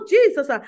Jesus